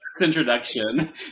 introduction